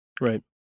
Right